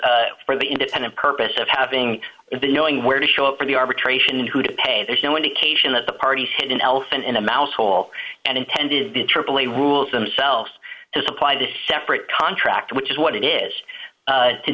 rules for the independent purpose of having and then knowing where to show up for the arbitration and who to pay there's no indication that the parties had an elephant in a mouse hole and intended the aaa rules themselves to supply the separate contract which is what it is to